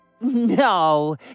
No